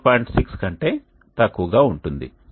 6 కంటే తక్కువగా ఉంటుంది